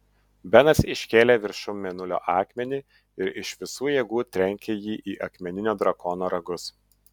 benas iškėlė viršun mėnulio akmenį ir iš visų jėgų trenkė jį į akmeninio drakono ragus